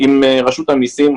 עם רשות המסים,